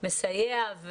מסייע.